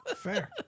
Fair